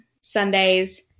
Sundays